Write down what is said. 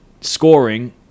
scoring